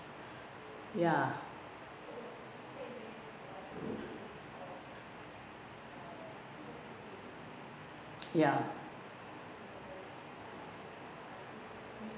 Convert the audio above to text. ya ya